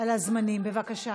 על הזמנים, בבקשה.